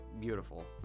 beautiful